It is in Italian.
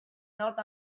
north